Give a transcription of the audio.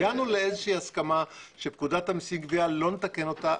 הגענו להסכמה שפקודת המיסים גבייה לא נתקן אותה.